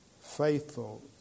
faithful